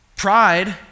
pride